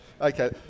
Okay